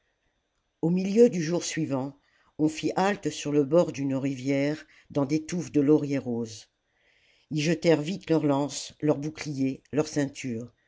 au milieu du jour suivant on fit halte sur le bord d'une rivière dans des touffues de lauriersroses ils jetèrent vite leurs lances leurs boucliers leurs ceintures